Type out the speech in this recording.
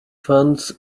funds